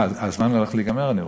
מה, הזמן הולך להיגמר אני רואה.